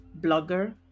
blogger